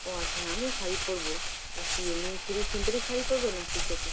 ও আচ্ছা হ্যাঁ আমিও শাড়ি পরবো তা কী এমনি সুতির সিনথেটিক শাড়ি পরবে নাকি সুতির